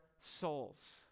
souls